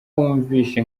wumvise